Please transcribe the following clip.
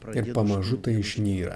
ir pamažu tai išnyra